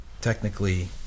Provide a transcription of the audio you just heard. technically